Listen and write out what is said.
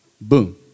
Boom